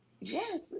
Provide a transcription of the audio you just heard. yes